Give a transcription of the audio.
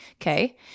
Okay